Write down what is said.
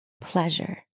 pleasure